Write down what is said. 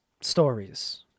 stories